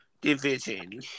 division